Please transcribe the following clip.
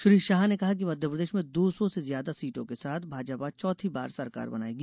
श्री शाह ने कहा कि मध्यप्रदेश में दो सौ से ज्यादा सीटों के साथ भाजपा चौथी बार सरकार बनायेगी